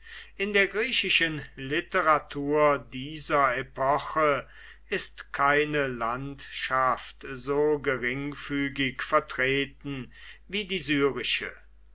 in der griechischen literatur dieser epoche ist keine landschaft so geringfügig vertreten wie die syrische